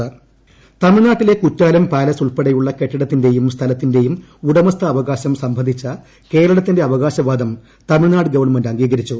ഉടമസ്ഥാവകാശം തമിഴ്നാട്ടിലെ കുറ്റാലം പാലസ് ഉൾപ്പെടെയുള്ള കെട്ടിടത്തിന്റെയും സ്ഥലത്തിന്റേയും ഉടമസ്ഥാവകാശം സംബന്ധിച്ച കേരളത്തിന്റെ അവകാശവാദം തമിഴ്നാട് ഗവൺമെന്റ് അംഗീകരിച്ചു